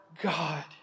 God